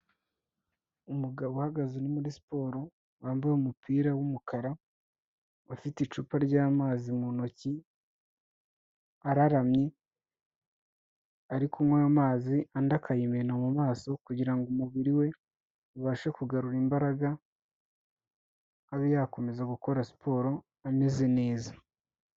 Umugabo uhagaze uri muri siporo, wambaye umupira w'umukara, ufite icupa ry'amazi mu ntoki, araramye, ari kunywa ayo amazi andi akayimena mu maso kugira ngo umubiri we ubashe kugarura imbaraga, abe yakomeza gukora siporo ameze neza.